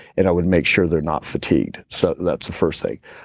and i would make sure they're not fatigued. so, that's the first thing